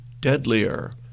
Deadlier